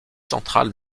central